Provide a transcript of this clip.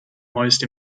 most